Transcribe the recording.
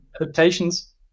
adaptations